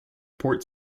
port